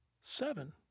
seven